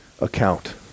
account